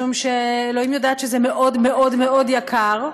משום שאלוהים יודעת שזה מאוד מאוד מאוד יקר.